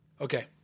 Okay